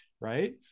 right